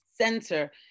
center